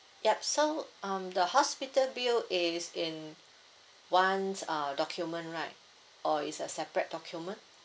yup so um the hospital bill is in once uh document right or is a separate document